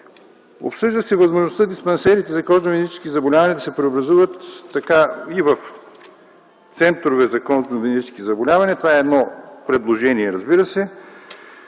Обсъжда се възможността диспансерите за кожно-венерически заболявания да се преобразуват и в центрове за кожно-венерически заболявания. Това е едно предложение, разбира се.